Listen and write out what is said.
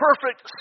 perfect